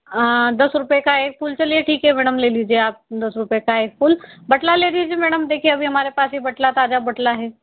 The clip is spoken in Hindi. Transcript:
दस रुपए का एक फूल चलिए ठीक है मैडम ले लीजिए आप दस रुपए का एक फूल बटला ले लीजिए मैडम देखिए अभी हमारे पास ये बटला ताजा बटला है